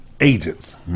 agents